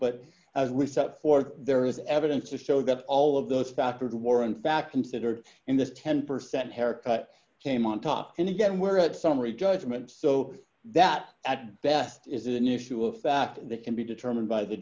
but as we set forth there is evidence to show that all of those factors were in fact considered in this ten percent haircut came on top and again where at summary judgment so that at best is an issue of fact that can be determined by the